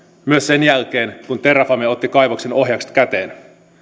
myös sen jälkeen kun terrafame otti kaivoksen ohjakset käteen